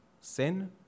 sin